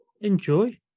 enjoy